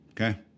Okay